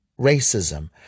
racism